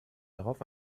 darauf